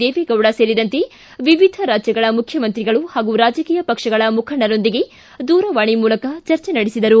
ದೇವೆಗೌಡ ಸೇರಿದಂತೆ ವಿವಿಧ ರಾಜ್ಯಗಳ ಮುಖ್ಯಮಂತ್ರಿಗಳು ಹಾಗೂ ರಾಜಕೀಯ ಪಕ್ಷಗಳ ಮುಖಂಡರೊಂದಿಗೆ ದೂರವಾಣಿ ಮೂಲಕ ಚರ್ಚೆ ನಡೆಸಿದರು